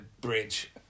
bridge